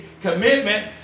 Commitment